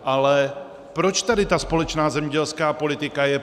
Ale proč tady ta společná zemědělská politika je?